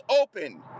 open